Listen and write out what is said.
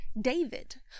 David